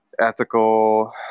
ethical